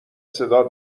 صدا